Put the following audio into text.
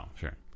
sure